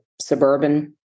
suburban